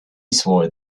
swore